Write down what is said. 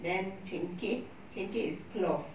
then cengkih is clove